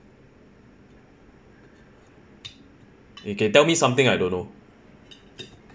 okay tell me something I don't know